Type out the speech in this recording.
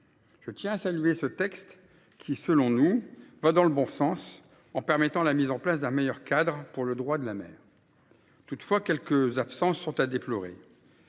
Je tiens à saluer ce texte qui, selon nous, va dans le bon sens en permettant la mise en place d’un meilleur cadre pour le droit de la mer. Toutefois, quelques manques sont à déplorer.